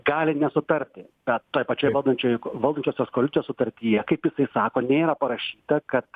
gali nesutarti kad toj pačioj valdančiojoj valdančiosios koalicijos sutartyje kaip jisai sako nėra parašyta kad